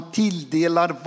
tilldelar